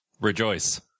Rejoice